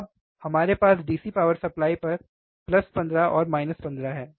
अब हमारे पास इस DC पावर सप्लाई पर 15 15 है